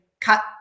cut